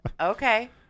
Okay